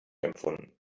empfunden